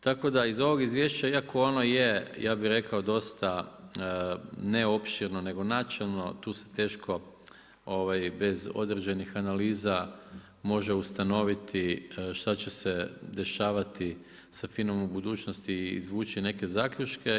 Tako da iz ovog izvješća iako ono je ja bih rekao dosta ne opširno, nego načelno tu se teško bez određenih analiza može ustanoviti što će se dešavati sa FINA-om u budućnosti i izvući neke zaključke.